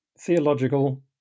theological